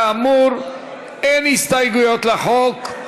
כאמור, אין הסתייגויות לחוק.